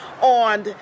on